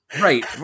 Right